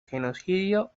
genocidio